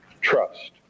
trust